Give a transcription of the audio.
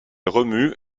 remue